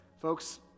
Folks